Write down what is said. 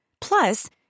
Plus